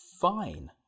fine